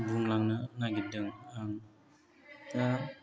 बुंलांनो नागिरदों आं दा